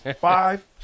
Five